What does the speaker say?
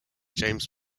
james